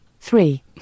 three